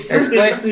Explain